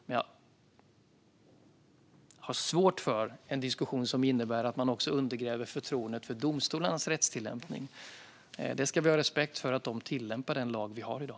Men jag har svårt för en diskussion som innebär att man också undergräver förtroendet för domstolarnas rättstillämpning. Vi ska ha respekt för att de tillämpar den lag vi har i dag.